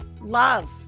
love